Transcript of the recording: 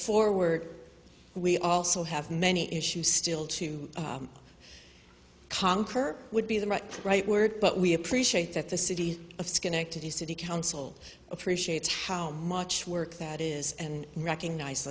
forward we also have many issues still to conquer would be the right right word but we appreciate that the city of schenectady city council appreciates how much work that is and recognize